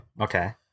Okay